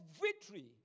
victory